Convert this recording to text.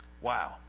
Wow